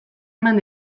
eman